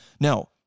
Now